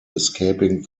escaping